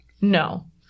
No